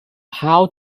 how